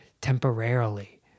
temporarily